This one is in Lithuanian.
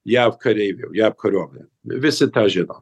jav kareivių jav kariuomenė visi tą žino